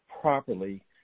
properly